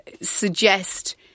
suggest